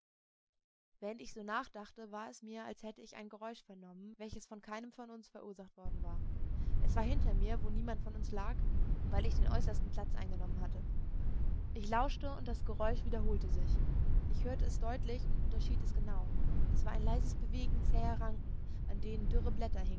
während ich so nachdachte war es mir als hätte ich ein geräusch vernommen welches von keinem von uns verursacht worden war es war hinter mir wo niemand von uns lag weil ich den äußersten platz eingenommen hatte ich lauschte und das geräusch wiederholte sich ich hörte es deutlich und unterschied es genau es war ein leises bewegen zäher ranken an denen dürre blätter